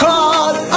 Call